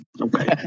okay